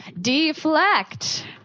deflect